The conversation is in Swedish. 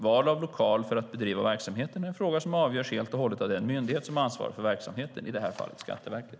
Val av lokal för att bedriva verksamheten är en fråga som avgörs helt och hållet av den myndighet som ansvarar för verksamheten, i det här fallet Skatteverket.